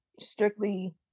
strictly